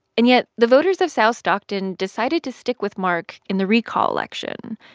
and yet the voters of south stockton decided to stick with mark in the recall election.